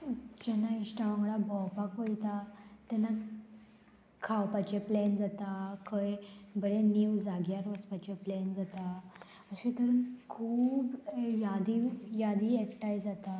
जेन्ना इश्टां वांगडा भोंवपाक वयता तेन्ना खावपाचें प्लॅन जाता खंय बरें नीव जाग्यार वचपाचें प्लॅन जाता अशें तरेन खूब यादी यादी एकठांय जाता